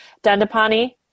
Dandapani